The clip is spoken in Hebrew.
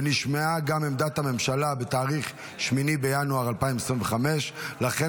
ונשמעה גם עמדת הממשלה בתאריך 8 בינואר 2025. לכן